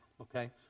okay